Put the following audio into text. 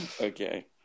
Okay